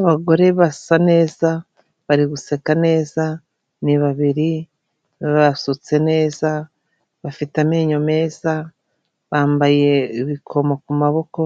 Abagore basa neza, bari guseka neza, ni babiri, basutse neza, bafite amenyo meza, bambaye ibikomo ku maboko,